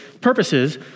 purposes